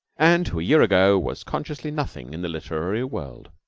and who a year ago was consciously nothing in the literary world.